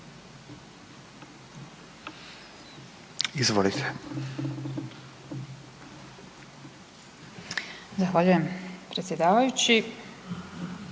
(Centar)** Zahvaljujem predsjedavajući.